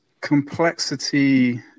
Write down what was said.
complexity